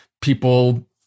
people